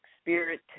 Spirit